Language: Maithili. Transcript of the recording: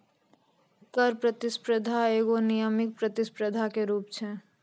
कर प्रतिस्पर्धा एगो नियामक प्रतिस्पर्धा के रूप छै